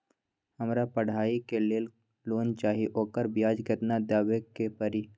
हमरा पढ़ाई के लेल लोन चाहि, ओकर ब्याज केतना दबे के परी?